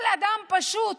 כל אדם פשוט